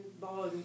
ball